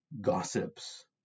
gossips